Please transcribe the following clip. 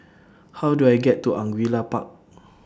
How Do I get to Angullia Park